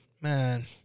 man